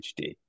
HD